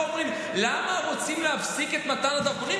אבל שמענו פה שאומרים למה רוצים להפסיק את מתן הדרכונים,